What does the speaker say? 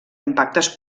impactes